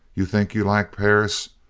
you think you like perris.